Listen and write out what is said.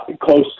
close